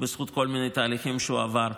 בזכות כל מיני תהליכים שהוא עבר,